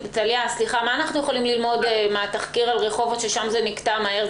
מה אנחנו יכולים ללמוד מהתחקיר על רחובות ששם זה נקטע מהר?